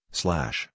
slash